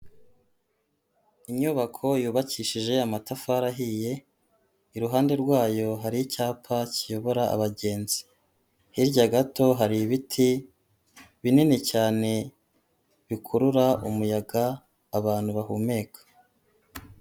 Inyubako yubakishije amatafari ahiye, iruhande rwayo hari icyapa kiyobora abagenzi, hirya gato hari ibiti binini cyane bikurura umuyaga abantu bahumeka.